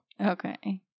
Okay